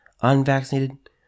unvaccinated